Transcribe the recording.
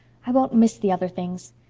i won't miss the other things.